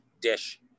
dish